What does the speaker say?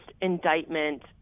indictment